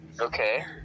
Okay